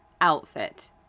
outfit